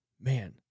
Man